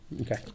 Okay